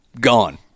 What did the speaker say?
gone